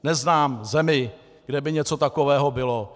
Neznám zemi, kde by něco takového bylo.